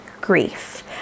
grief